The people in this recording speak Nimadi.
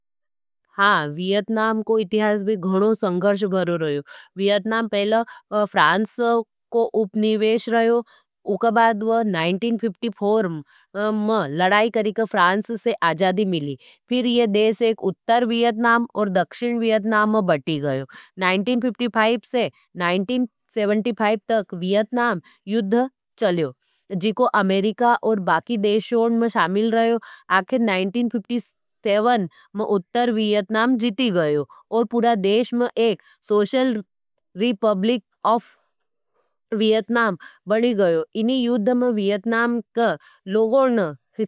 हाँ, वियतनाम को इतिहास भी गणो संघर्ष भरो रहयो। वियतनाम पहले फ्रांस को उपनीवेश रहयो। उ के बाद वह नाइन्टीन फिफ्टी फोर में लड़ाई करीका फ्रांस से आजादी मिली। फिर ये देश एक उत्तर वियत्नाम और दक्षिन वियत्नाम में बटी गयो। नाइन्टीन फिफ्टी फाइव से नाइन्टीन सेवेनटी फाइव तक वियतनाम युद्ध चलियो। जीकों अमेरिका और बाकी देशों में शामिल रहयो। आखिर नाइन्टी फिफ्टी सेवन में उत्तर वियत्नाम जीती गईयो। और पुरा देश में एक सोशल रीपब्लिक आफ वियतनाम बड़ी गईयो। इनी युद्ध में वियतनाम का लोगों न।